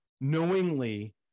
knowingly